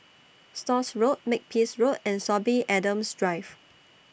Stores Road Makepeace Road and Sorby Adams Drive